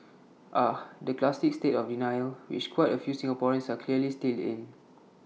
ah the classic state of denial which quite A few Singaporeans are clearly still in